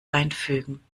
einfügen